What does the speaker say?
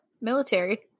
military